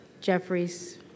Jeffries